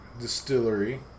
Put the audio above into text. Distillery